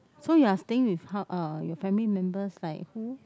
so you're staying with her uh your family members like who